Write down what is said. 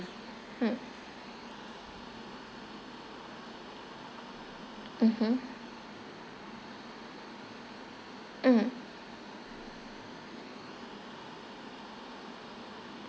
mm mmhmm mm